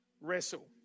wrestle